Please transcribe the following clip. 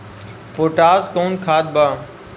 Potash कोउन खाद बा?